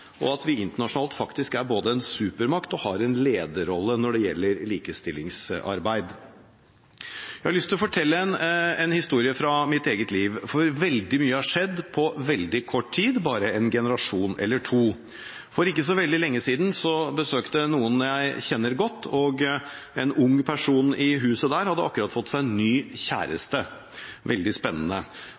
og at vi internasjonalt både er en supermakt og har en lederrolle når det gjelder likestillingsarbeid. Jeg har lyst til å fortelle en historie fra mitt eget liv, for veldig mye har skjedd på veldig kort tid, på bare en generasjon eller to. For ikke så veldig lenge siden besøkte jeg noen jeg kjenner godt, og en ung person i huset hadde akkurat fått seg ny kjæreste – veldig spennende.